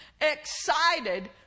excited